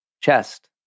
chest